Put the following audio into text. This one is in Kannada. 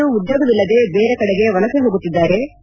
ಜನರು ಉದ್ಯೋಗವಿಲ್ಲದೆ ಬೇರೆ ಕಡೆಗೆ ವಲಸೆ ಹೋಗುತ್ತಿದ್ದಾರೆ